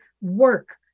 work